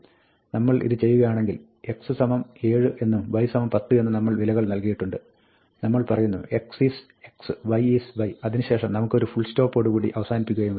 നമ്മൾ ഇത് ചെയ്യുകയാണെങ്കിൽ x 7 എന്നും y 10 എന്നും നമ്മൾ വിലകൾ നൽകിയിട്ടുണ്ട് നമ്മൾ പറയുന്നു 'x is 'x 'y is 'y അതിന് ശേഷം നമുക്ക് ഒരു ഫുൾസ്റ്റോപ്പോടുകൂടി അവസാനിപ്പിക്കുകയും വേണം